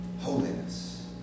Holiness